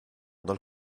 dal